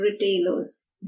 retailers